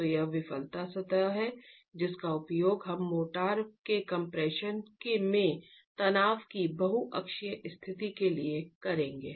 तो यह विफलता सतह है जिसका उपयोग हम मोर्टार के कम्प्रेशन में तनाव की बहु अक्षीय स्थिति के लिए करेंगे